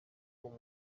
pour